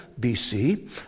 BC